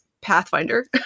Pathfinder